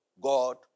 God